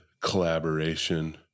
collaboration